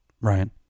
Ryan